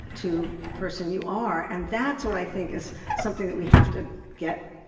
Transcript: to the person you are, and that's what i think is something that we have to get,